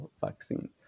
vaccine